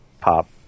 pop